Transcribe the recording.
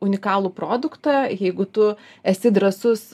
unikalų produktą jeigu tu esi drąsus